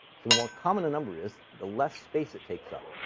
so the more common a number is, the less space it takes up.